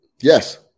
Yes